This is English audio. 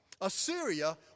Assyria